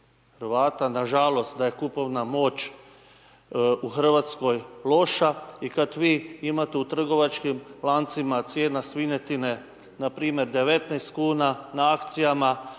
Hrvata, nažalost, da je kupovna moć u RH loša i kad vi imate u trgovačkim lancima cijena svinjetine npr. 19,00 kn na akcijama,